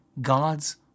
God's